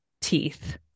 teeth